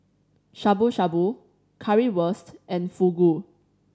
Shabu Shabu Currywurst and Fugu